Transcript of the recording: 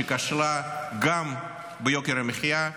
שכשלה גם ביוקר המחיה,